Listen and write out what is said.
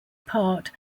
part